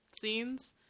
scenes